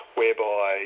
whereby